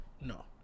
no